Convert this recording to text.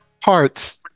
parts